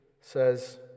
says